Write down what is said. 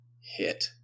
hit